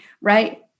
Right